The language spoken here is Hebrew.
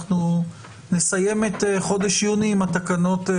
אנחנו נסיים את חודש יוני עם התקנות.